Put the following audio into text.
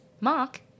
Mark